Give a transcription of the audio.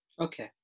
Okay